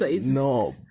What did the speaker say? No